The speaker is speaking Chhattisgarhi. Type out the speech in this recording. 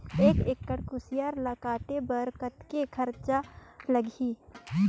एक एकड़ कुसियार ल काटे बर कतेक खरचा लगही?